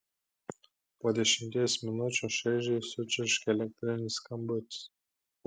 po dešimties minučių šaižiai sučirškė elektrinis skambutis